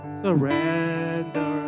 surrender